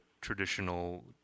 traditional